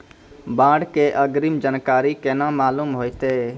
बाढ़ के अग्रिम जानकारी केना मालूम होइतै?